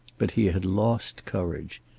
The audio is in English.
but he had lost courage.